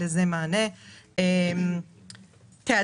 לא